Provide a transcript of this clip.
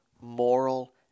moral